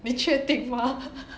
你确定吗